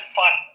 fun